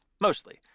mostly